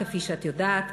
כפי שאת יודעת.